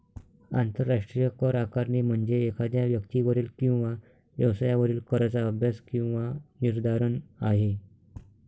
आंतरराष्ट्रीय करआकारणी म्हणजे एखाद्या व्यक्तीवरील किंवा व्यवसायावरील कराचा अभ्यास किंवा निर्धारण आहे